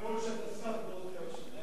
ואפילו שאתה שר בעוד כמה שנים.